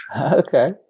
Okay